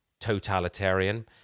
totalitarian